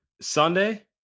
Sunday